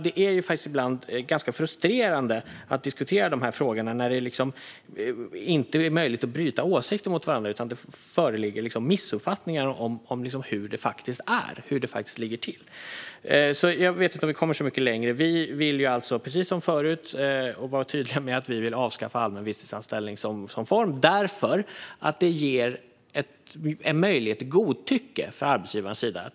Det är ibland ganska frustrerande att diskutera de här frågorna när det inte är möjligt att bryta åsikter mot varandra utan det föreligger missuppfattningar om hur det faktiskt ligger till. Jag vet inte om vi kommer så mycket längre. Vi är alltså, precis som förut, tydliga med att vi vill avskaffa allmän visstidsanställning som anställningsform, därför att det ger en möjlighet till godtycke från arbetsgivarnas sida.